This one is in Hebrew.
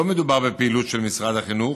לא מדובר בפעילות של משרד החינוך,